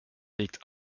legt